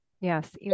Yes